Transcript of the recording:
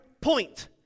point